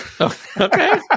okay